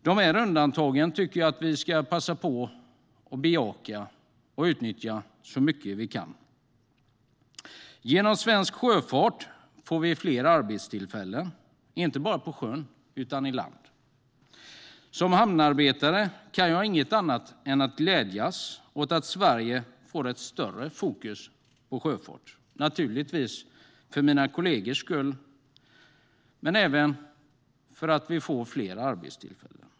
Dessa undantag tycker jag att vi ska passa på att bejaka och utnyttja så mycket vi kan. Genom svensk sjöfart får vi fler arbetstillfällen, inte bara på sjön utan även i land. Som hamnarbetare kan jag inte annat än glädjas åt att Sverige får ett större fokus på sjöfart, naturligtvis för mina kollegors skull men också för att vi får fler arbetstillfällen.